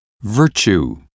virtue